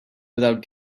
without